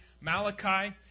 Malachi